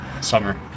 Summer